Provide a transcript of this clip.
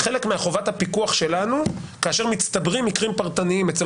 חלק מחובת הפיקוח שלנו כאשר מצטברים מקרים פרטניים אצל